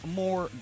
more